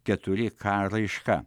keturi ka raiška